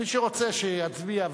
מי שרוצה, שיצביע.